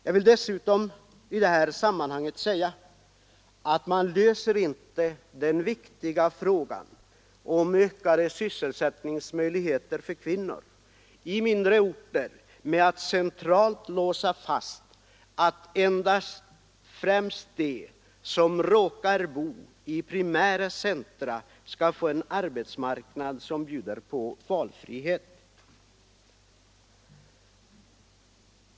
Jag vill i detta sammanhang dessutom säga att man inte löser den viktiga frågan om ökade sysselsättningsmöjligheter för kvinnor i mindre orter genom att centralt låsa fast att främst de som råkar bo i primära centra skall få en arbetsmarknad som bjuder på valfrihet.